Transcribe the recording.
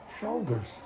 shoulders